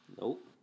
Nope